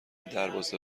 دربازه